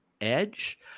edge